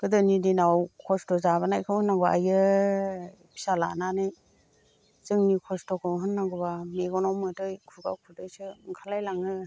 गोदोनि दिनाव खस्थ' जाबोनायखौ होननांगौब्ला आयै फिसा लानानै जोंनि खस्थ'खौ होननांगौब्ला मेगनाव मोदै खुगायाव खुदैसो ओंखारलायलाङो